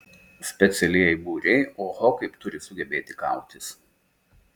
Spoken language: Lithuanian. specialieji būriai oho kaip turi sugebėti kautis